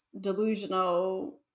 delusional